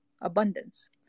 abundance